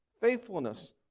faithfulness